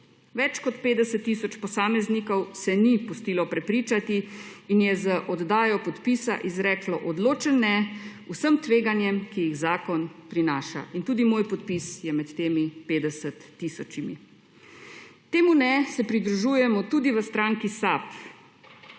Več kot 50 tisoč posameznikov se ni pustilo prepričati in je z oddajo podpisov izreklo odločen »ne« vsem tveganjem, ki jih zakon prinaša; in tudi moj podpis je med temi 50 tisočimi. Temu »ne« se pridružujemo tudi v stranki SAB,